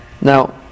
Now